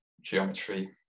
geometry